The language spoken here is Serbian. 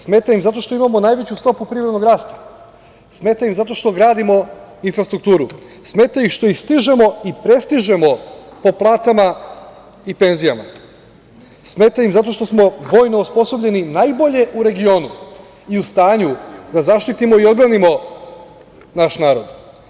Smeta im zato što imamo najveću stopu privrednog rasta, smeta im zato što gradimo infrastrukturu, smeta im što ih stižemo i prestižemo po platama i penzijama, smeta ima zato što smo vojno osposobljeni najbolje u regionu i u stanju da zaštitimo i odbranimo naš narod.